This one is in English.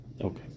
Okay